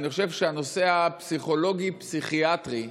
בנושא הפסיכולוגי-פסיכיאטרי,